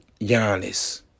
Giannis